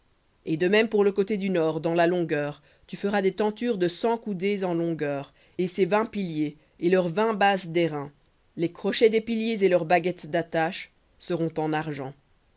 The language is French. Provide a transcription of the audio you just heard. et de même pour le côté du nord dans la longueur des tentures de cent en longueur et ses vingt piliers et leurs vingt bases d'airain les crochets des piliers et leurs baguettes d'attache seront en argent